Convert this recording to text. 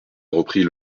repris